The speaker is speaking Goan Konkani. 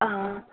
आं